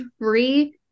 free